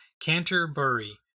Canterbury